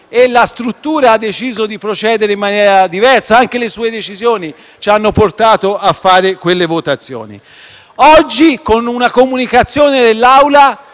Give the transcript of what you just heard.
La struttura ha deciso di procedere in maniera diversa e anche le sue decisioni ci hanno portato a fare quelle votazioni. Oggi, con una comunicazione all'Assemblea,